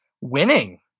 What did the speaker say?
winning